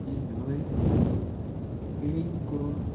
ती न्हंय एक क्लीन करून